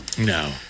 No